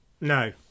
no